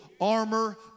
armor